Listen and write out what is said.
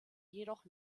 jedoch